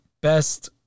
Best